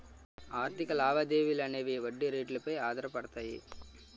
ఆర్థిక లావాదేవీలు అనేవి వడ్డీ రేట్లు పై ఆధారపడతాయి